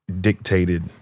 dictated